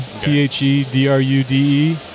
T-H-E-D-R-U-D-E